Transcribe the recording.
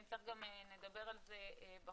אם נצטרך נדבר על זה בחוץ,